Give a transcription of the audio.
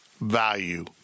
value